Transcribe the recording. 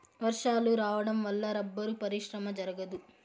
వర్షాలు రావడం వల్ల రబ్బరు పరిశ్రమ జరగదు